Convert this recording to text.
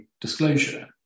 disclosure